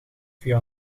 via